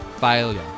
failure